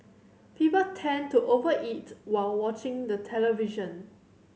people tend to over eat while watching the television